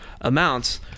amounts